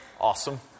Awesome